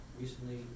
recently